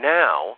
now